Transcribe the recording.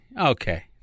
Okay